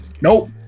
nope